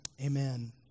amen